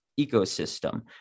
ecosystem